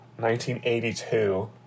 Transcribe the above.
1982